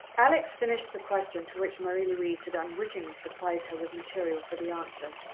alex finished the question to which marie-louise had unwittingly supplied her with material for the answer,